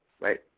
right